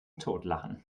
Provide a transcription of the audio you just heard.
totlachen